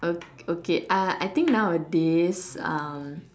o~ okay uh I think nowadays um